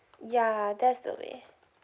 ya that's the way